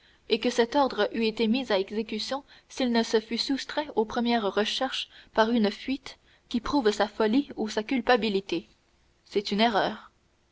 et que cet ordre eût été mis à exécution s'il ne se fût soustrait aux premières recherches par une fuite qui prouve sa folie ou sa culpabilité c'est une erreur